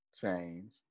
change